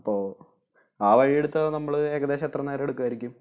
അപ്പോൾ ആ വഴി എടുത്താൽ നമ്മൾ ഏകദേശം എത്ര നേരം എടുക്കുമായിരിക്കും